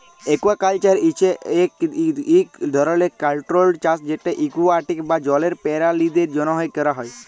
aquaculture হছে ইক ধরলের কল্ট্রোল্ড চাষ যেট একুয়াটিক বা জলের পেরালিদের জ্যনহে ক্যরা হ্যয়